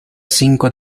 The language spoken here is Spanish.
cinco